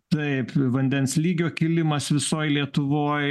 taip vandens lygio kilimas visoj lietuvoj